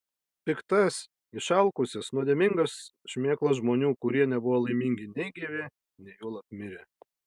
piktas išalkusias nuodėmingas šmėklas žmonių kurie nebuvo laimingi nei gyvi nei juolab mirę